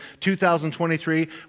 2023